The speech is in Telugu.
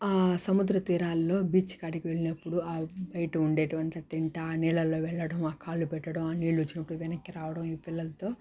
సముద్రతీరాల్లో బీచ్కాడికి వెళ్ళినప్పుడు బైటుండేటువంటి తింటా నీళల్లో వెళ్ళడము కాళ్ళు పెట్టడం నీళ్లు చుట్టూ వెనక్కి రావడం ఈ పిల్లలతో